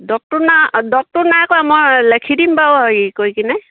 দৰবটো নাই দৰবটো নাই কোৱা মই লিখি দিম বাৰু হেৰি কৰি কিনে